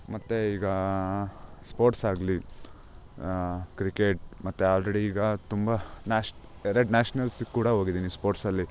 ಮತ್ತು ಈಗ ಸ್ಪೋರ್ಟ್ಸ್ ಆಗಲಿ ಕ್ರಿಕೆಟ್ ಮತ್ತು ಅಲ್ರೆಡಿ ಈಗ ತುಂಬ ನ್ಯಾಷ್ ಎರಡು ನ್ಯಾಷನಲ್ಸಿಗೆ ಕೂಡ ಹೋಗಿದ್ದಿನಿ ಸ್ಪೋರ್ಟ್ಸ್ ಅಲ್ಲಿ